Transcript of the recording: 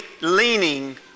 leaning